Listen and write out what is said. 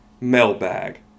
Mailbag